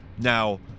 Now